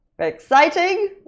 Exciting